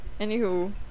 anywho